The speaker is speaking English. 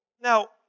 Now